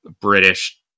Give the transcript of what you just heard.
British